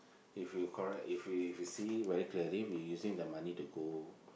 if you correct if you can see very clearer we using the money to go